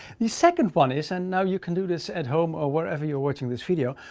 the second one is and now you can do this at home or wherever you're watching this video.